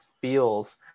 feels